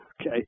okay